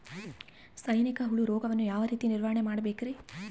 ಸೈನಿಕ ಹುಳು ರೋಗವನ್ನು ಯಾವ ರೇತಿ ನಿರ್ವಹಣೆ ಮಾಡಬೇಕ್ರಿ?